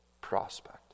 prospect